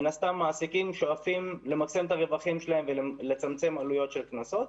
מן הסתם מעסיקים שואפים למקסם את הרווחים שלהם ולצמצם עלויות של קנסות,